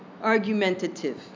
argumentative